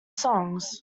songs